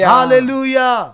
Hallelujah